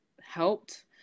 helped